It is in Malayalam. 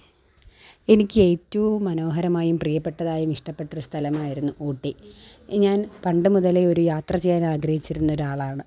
എനിക്കേറ്റവും മനോഹരമായും പ്രിയപ്പെട്ടതായും ഇഷ്ടപ്പെട്ടൊരു സ്ഥലമായിരുന്നു ഊട്ടി ഞാൻ പണ്ട് മുതലേ ഒരു യാത്ര ചെയ്യാനാഗ്രഹിച്ചിരുന്നൊരാളാണ്